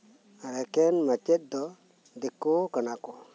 ᱟᱨ ᱮᱠᱮᱱ ᱢᱟᱪᱮᱫ ᱫᱚ ᱫᱤᱠᱩ ᱠᱟᱱᱟ ᱠᱚ